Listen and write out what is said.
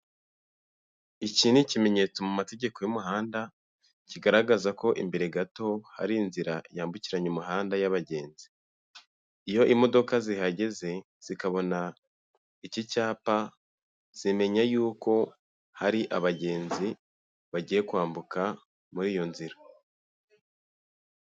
Iki ni ikimenyetso mu mategeko y'umuhanda kigaragaza ko imbere gato hari inzira yambukiranya umuhanda y'abagenzi, iyo imodoka zihageze zikabona iki cyapa zimenya yuko hari abagenzi bagiye kwambuka muri iyo nzira.